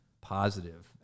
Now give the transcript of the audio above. positive